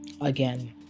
again